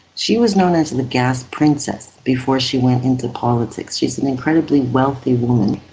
she was known as and the gas princess before she went into politics. she is an incredibly wealthy woman,